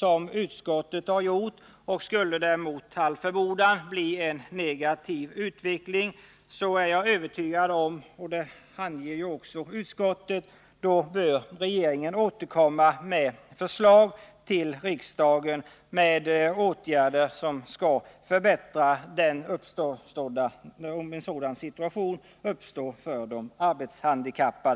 från utskottet. Skulle man mot all förmodan få en negativ utveckling för de arbetshandikappade bör regeringen — som utskottet också anger — återkomma till riksdagen med förslag till åtgärder för att förbättra den situation som då uppstår.